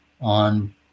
on